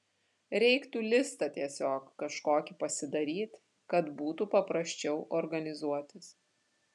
reiktų listą tiesiog kažkokį pasidaryt kad būtų paprasčiau organizuotis